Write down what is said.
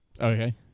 Okay